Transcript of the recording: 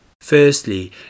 Firstly